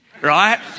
right